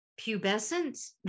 pubescent